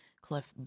Cliff